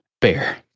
bear